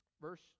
Verse